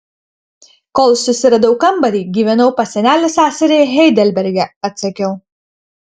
kol susiradau kambarį gyvenau pas senelio seserį heidelberge atsakiau